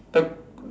the